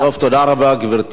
תודה רבה, גברתי.